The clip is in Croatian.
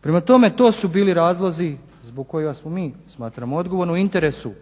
Prema tome, to su bili razlozi zbog kojega smo mi smatramo odgovorno u interesu